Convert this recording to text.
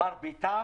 מרביתם